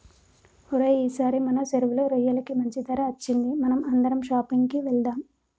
ఓరై ఈసారి మన సెరువులో రొయ్యలకి మంచి ధర అచ్చింది మనం అందరం షాపింగ్ కి వెళ్దాం